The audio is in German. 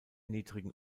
niedrigen